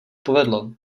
povedlo